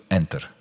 enter